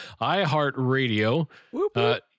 iHeartRadio